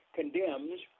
condemns